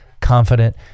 confident